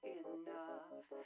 enough